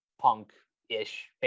punk-ish